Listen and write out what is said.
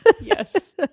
Yes